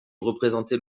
représentait